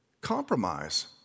compromise